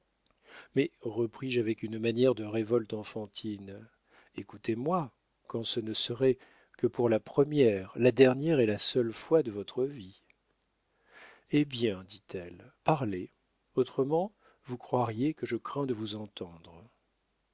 mais repris-je avec une manière de révolte enfantine écoutez-moi quand ce ne serait que pour la première la dernière et la seule fois de votre vie eh bien dit-elle parlez autrement vous croiriez que je crains de vous entendre